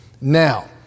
Now